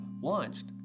launched